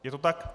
Je to tak?